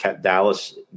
Dallas